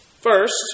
First